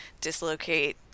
dislocate